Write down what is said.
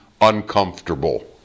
uncomfortable